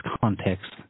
context